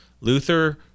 Luther